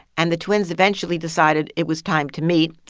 and the twins eventually decided it was time to meet,